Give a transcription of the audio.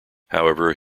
however